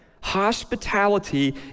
hospitality